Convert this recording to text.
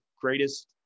greatest